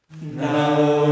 Now